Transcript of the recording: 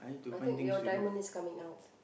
I think your diamond is coming out